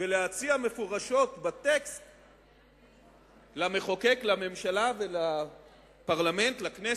ולהציע מפורשות בטקסט למחוקק, לממשלה ולכנסת,